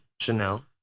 Chanel